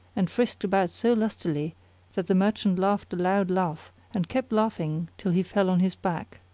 and frisked about so lustily that the merchant laughed a loud laugh and kept laughing till he fell on his back.